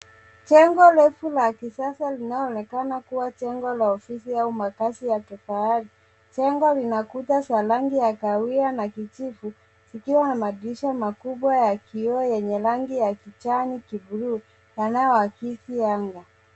Jengo refu la kisasa linaloonekana kuwa jengo ya ofisi au makazi ya kifahari. Jengo lina kuta za rangi ya kahawia na kijivu ikiwa na madirisha makubwa ya kioo iliyo na rangi ya kijani kibluu yanayoakisi anga.